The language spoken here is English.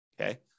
okay